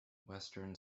western